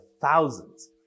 thousands